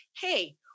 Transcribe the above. Hey